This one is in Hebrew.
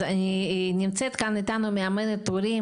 נמצאת כאן איתנו מאמנת הורים,